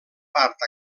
part